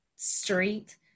street